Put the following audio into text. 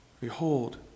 Behold